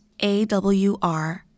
AWR